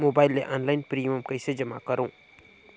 Mobile ले online premium कइसे जमा करों?